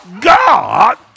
God